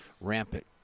rampant